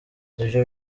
ivyo